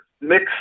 mix